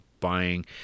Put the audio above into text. buying